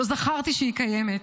לא זכרתי שהיא קיימת.